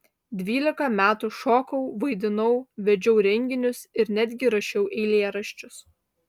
dvylika metų šokau vaidinau vedžiau renginius ir netgi rašiau eilėraščius